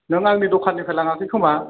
नों आंनि दखाननिफ्राय लाङाखै खोमा